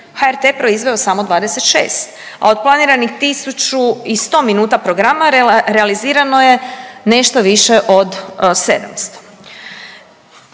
HRT je proizveo samo 26, a od planiranih 1.100 minuta programa realizirano je nešto više od 700.